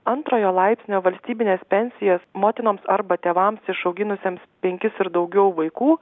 antrojo laipsnio valstybines pensijas motinoms arba tėvams išauginusiems penkis ir daugiau vaikų